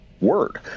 word